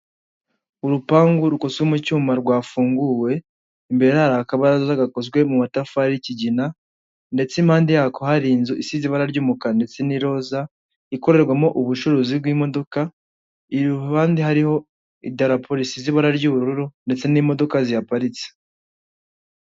Urupangu rukoze mu cyuma rwafunguwe, imbere hari akabaza gakozwe mu matafari y'ikigina, ndetse impande yako hari inzu isize ibara ry'umukara ndetse n'iroza ikorerwamo ubucuruzi bw'imodoka, iruhande hariho idarapo risize ibara ry'ubururu ndetse n'imodoka ziparitse.